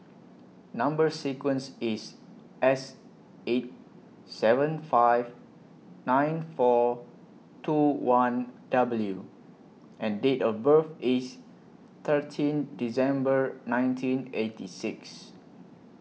Number sequence IS S eight seven five nine four two one W and Date of birth IS thirteen December nineteen eighty six